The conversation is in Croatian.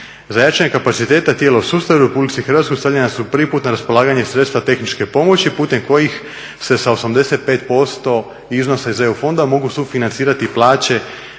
Za jačanje kapaciteta tijela u sustavu Republici Hrvatskoj stavljena su prvi puta na raspolaganje sredstva tehničke pomoći putem kojih se sa 85% iznosa iz EU fondova mogu sufinancirati plaće